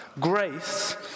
grace